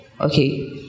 Okay